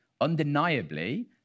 undeniably